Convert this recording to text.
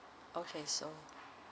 okay so